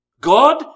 God